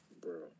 bro